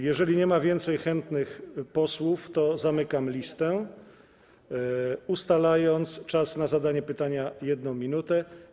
Jeżeli nie ma więcej chętnych posłów, to zamykam listę, ustalając czas na zadanie pytania na 1 minutę.